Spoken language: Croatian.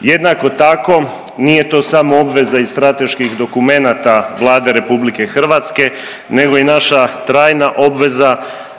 Jednako tako nije to samo obveza iz strateških dokumenata Vlade RH nego i naša trajna obveza